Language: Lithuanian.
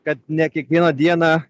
kad ne kiekvieną dieną